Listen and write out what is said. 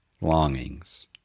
longings